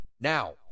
now